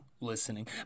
listening